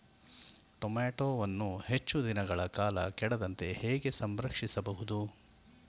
ಟೋಮ್ಯಾಟೋವನ್ನು ಹೆಚ್ಚು ದಿನಗಳ ಕಾಲ ಕೆಡದಂತೆ ಹೇಗೆ ಸಂರಕ್ಷಿಸಬಹುದು?